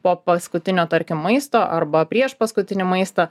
po paskutinio tarkim maisto arba prieš paskutinį maistą